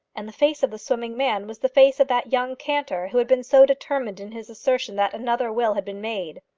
and the face of the swimming man was the face of that young cantor who had been so determined in his assertion that another will had been made.